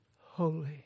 holy